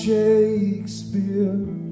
Shakespeare